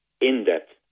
in-depth